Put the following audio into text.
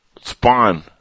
Spawn